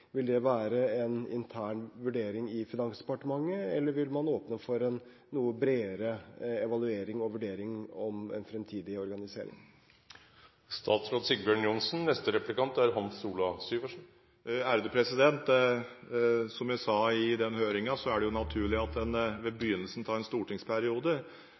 Vil det være en intern vurdering i Finansdepartementet, eller vil man åpne for en noe bredere evaluering og vurdering om en fremtidig organisering? Som jeg sa i den høringen, er det naturlig at en ved begynnelsen av en stortingsperiode